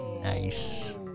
nice